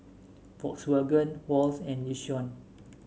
Volkswagen Wall's and Yishion